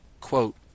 Quote